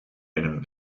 einem